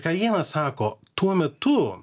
ką ienas sako tuo metu